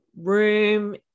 room